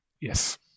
yes